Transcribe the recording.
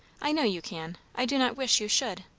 i know you can. i do not wish you should.